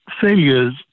failures